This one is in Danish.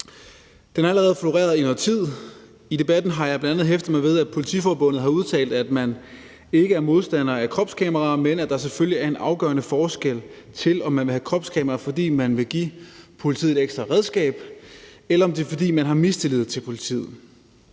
Den har allerede floreret i noget tid. I debatten har jeg bl.a. hæftet mig ved, at Politiforbundet har udtalt, at man ikke er modstander af kropskameraer, men at der selvfølgelig er en afgørende forskel på, om man vil have kropskameraer, fordi man vil give politiet et ekstra redskab, eller om det er, fordi man har mistillid til politiet.